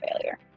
failure